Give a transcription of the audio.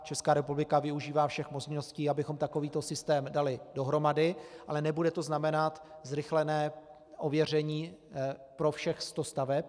Česká republika využívá všech možností, abychom takovýto systém dali dohromady, ale nebude to znamenat zrychlené ověření pro všech sto staveb.